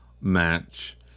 match